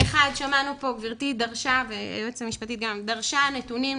גברתי והיועצת המשפטית דרשו נתונים.